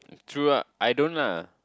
true ah I don't ah